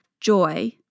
joy